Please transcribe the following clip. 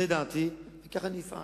זאת דעתי וכך אני אפעל.